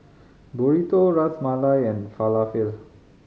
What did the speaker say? Burrito Ras Malai and Falafel